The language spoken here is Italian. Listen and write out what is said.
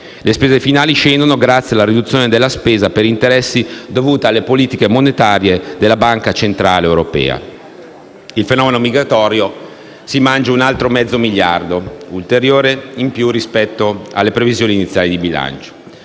Le spese finali scendono grazie alla riduzione della spesa per interessi dovuta alle politiche monetarie della Banca centrale europea. Il fenomeno migratorio si mangia un altro mezzo miliardo, ulteriore rispetto alle previsioni iniziali di bilancio.